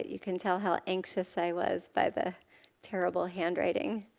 you can tell how anxious i was by the terrible handwriting.